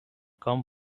come